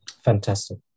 fantastic